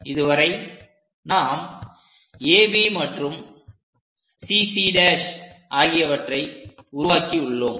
இதுவரை நாம் AB மற்றும் CC' ஆகியவற்றை உருவாக்கி உள்ளோம்